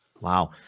wow